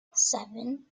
seven